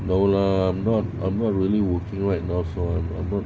no lah I'm not I'm not really working right now so I'm I'm not